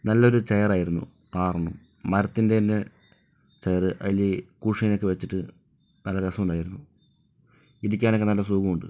നല്ലൊരു ചെയറായിരുന്നു ആറെണ്ണവും മരത്തിന്റെ തന്നെ ചെയർ അതിൽ കുഷ്യനൊക്കെ വെച്ചിട്ട് നല്ല രസമുണ്ടായിരുന്നു ഇരിക്കാനൊക്കെ നല്ല സുഖമുണ്ട്